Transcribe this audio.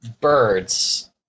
birds